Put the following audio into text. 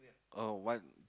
oh what